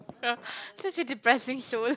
ya such a depressing soul